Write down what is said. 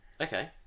Okay